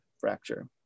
fracture